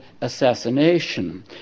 assassination